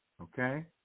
Okay